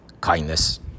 kindness